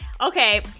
Okay